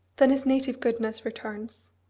then his native goodness returns.